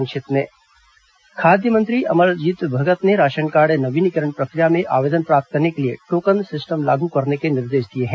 संक्षिप्त समाचार खाद्य मंत्री अमरजीत भगत ने राशन कार्ड नवीनीकरण प्रक्रिया में आवेदन प्राप्त करने के लिए टोकन सिस्टम लागू करने के निर्देश दिए हैं